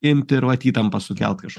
imti ir vat įtampą sukelt kaž